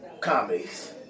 Comedies